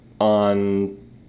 on